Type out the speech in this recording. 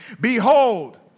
Behold